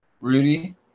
Rudy